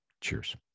Cheers